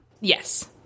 Yes